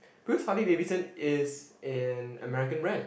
because Harley Davidson is an American brand